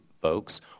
folks